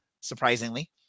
surprisingly